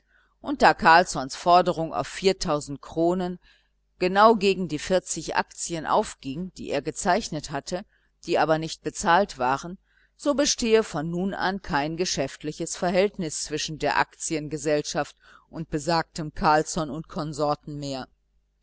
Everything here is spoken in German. und da carlssons forderung auf viertausend kronen genau gegen die vierzig aktien aufging die er gezeichnet hatte die aber nicht bezahlt waren so bestehe von nun an kein geschäftliches verhältnis zwischen der aktiengesellschaft und besagtem carlsson und konsorten mehr